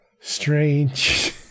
Strange